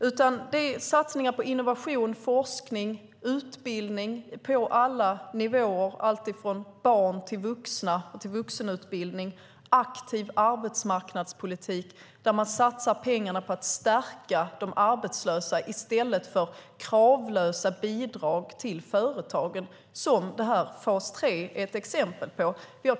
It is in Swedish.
Det behövs i stället satsningar på innovation, forskning och utbildning på alla nivåer, alltifrån barn till vuxna, och en aktiv arbetsmarknadspolitik där man satsar pengarna på att stärka de arbetslösa i stället för att ge kravlösa bidrag till företagen, som ju fas 3 är ett exempel på.